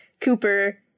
Cooper